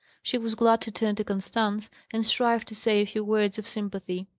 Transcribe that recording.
she was glad to turn to constance, and strive to say a few words of sympathy.